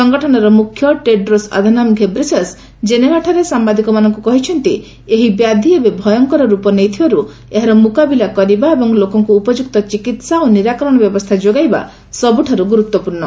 ସଂଗଠନର ମୁଖ୍ୟ Tedros Adhanom Ghebreyesus ଜେନେଭାଠାରେ ସାମ୍ଭାଦିକମାନଙ୍କୁ କହିଛନ୍ତି ଏହି ସଂକ୍ରମଣ ଏବେ ଭୟଙ୍କର ରୂପ ନେଇଥିବାରୁ ଏହାର ମୁକାବିଲା କରିବା ଏବଂ ଲୋକଙ୍କୁ ଉପଯୁକ୍ତ ଚିକିତ୍ସା ଓ ନିରାକରଣ ବ୍ୟବସ୍ଥା ଯୋଗାଇବା ସବୁଠାରୁ ଗୁରୁତ୍ୱପୂର୍ଣ୍ଣ